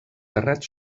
terrat